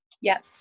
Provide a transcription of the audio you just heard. Yes